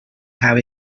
have